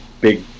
big